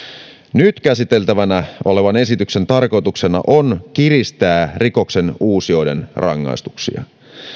nyt käsiteltävänä olevan esityksen tarkoituksena on kiristää rikoksenuusijoiden rangaistuksia